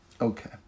Okay